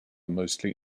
mostly